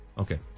Okay